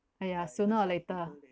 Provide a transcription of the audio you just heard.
uh yeah sooner or later